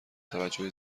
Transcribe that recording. توجه